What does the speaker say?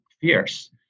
fierce